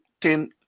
ten